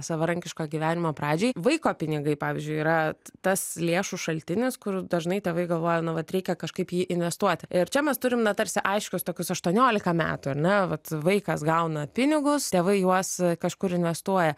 savarankiško gyvenimo pradžiai vaiko pinigai pavyzdžiui yra tas lėšų šaltinis kur dažnai tėvai galvoja nu vat reikia kažkaip jį investuoti ir čia mes turim tarsi aiškius tokius aštuoniolika metų ar ne vat vaikas gauna pinigus tėvai juos kažkur investuoja